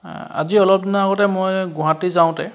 আজি অলপদিনৰ আগতে মই গুৱাহাটী যাওঁতে